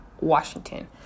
Washington